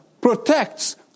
protects